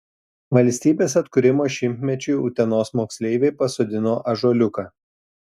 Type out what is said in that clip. valstybės atkūrimo šimtmečiui utenos moksleiviai pasodino ąžuoliuką